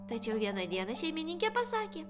tačiau vieną dieną šeimininkė pasakė